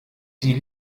die